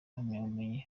impamyabumenyi